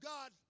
God